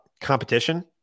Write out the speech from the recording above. competition